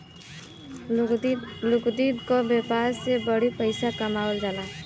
लुगदी क व्यापार से बड़ी पइसा कमावल जाला